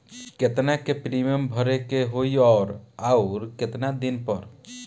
केतना के प्रीमियम भरे के होई और आऊर केतना दिन पर?